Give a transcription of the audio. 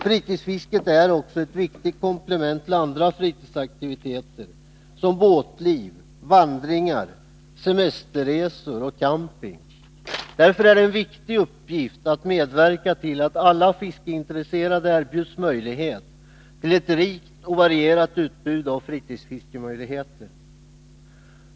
Fritidsfisket är också ett viktigt komplement till andra fritidsaktiviteter, som båtliv, vandringar, semesterresor och camping. Därför är det en viktig uppgift att medverka till att alla fiskeintresserade erbjuds möjligheten av ett rikt och varierat utbud av fritidsfiske.